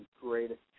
Greatest